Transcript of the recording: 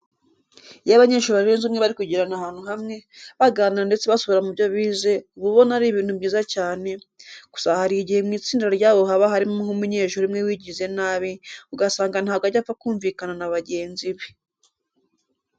Iyo abanyeshuri barenze umwe bari kugendana ahantu hamwe, baganira ndetse basubira mu byo bize uba ubona ari ibintu byiza cyane, gusa hari igihe mu itsinda ryabo haba harimo nk'umunyeshuri umwe wigize nabi ugasanga ntabwo ajya apfa kumvikana na bagenzi be.